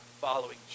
following